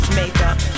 makeup